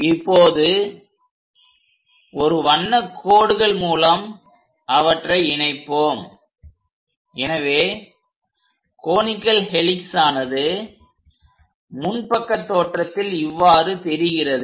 இப்போது ஒரு வண்ண கோடுகள் மூலம் அவற்றை இணைப்போம்எனவே கோனிகல் ஹெலிக்ஸ் ஆனது முன்பக்க தோற்றத்தில் இவ்வாறு தெரிகிறது